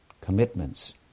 commitments